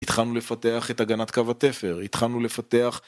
התחלנו לפתח את הגנת קו התפר, התחלנו לפתח...